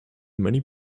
many